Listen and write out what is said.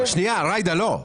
שנייה, ג'ידא לא.